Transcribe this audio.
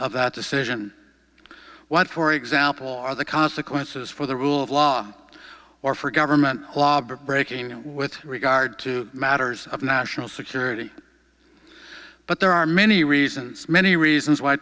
of that decision what for example are the consequences for the rule of law or for government law breaking with regard to matters of national security but there are many reasons many reasons why